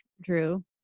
Drew